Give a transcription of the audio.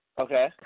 Okay